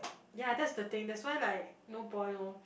ya that's the thing that's why like no point lor